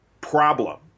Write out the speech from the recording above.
problem